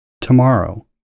tomorrow